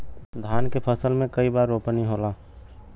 धान के फसल मे कई बार रोपनी होला?